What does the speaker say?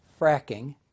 fracking